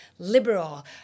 liberal